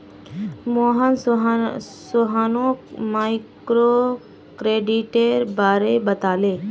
मोहन सोहानोक माइक्रोक्रेडिटेर बारे बताले